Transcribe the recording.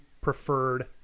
preferred